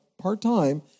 part-time